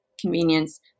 convenience